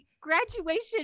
graduation